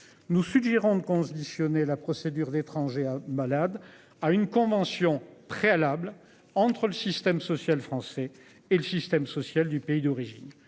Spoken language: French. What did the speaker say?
Nous Sud-Gironde conditionner la procédure d'étranger malade à une convention préalable entre le système social français et le système social du pays d'origine.